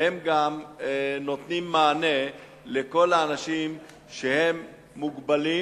הם גם נותנים מענה לכל האנשים שהם מוגבלים